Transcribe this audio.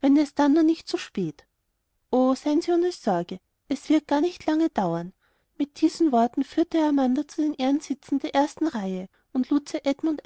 wenn es dann nur nicht zu spät o seien sie ohne sorge es wird nicht gar zu lange dauern mit diesen worten führte er amanda zu den ehrensitzen der ersten reihe und lud sir edmund